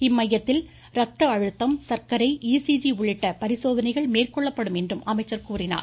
இம்மையத்தில் ரத்த அழுத்தம் சர்க்கரை இசிஜி உள்ளிட்ட பரிசோதனைகள் மேற்கொள்ளப்படும் என்றும் அமைச்சர் கூறினார்